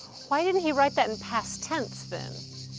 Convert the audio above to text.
why didn't he write that in past tense, then?